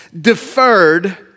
deferred